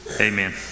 Amen